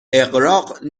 اغراق